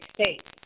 States